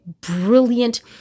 brilliant